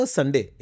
Sunday